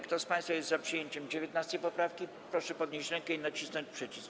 Kto z państwa jest za przyjęciem 19. poprawki, proszę podnieść rękę i nacisnąć przycisk.